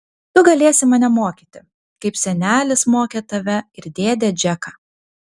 tu galėsi mane mokyti kaip senelis mokė tave ir dėdę džeką